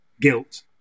guilt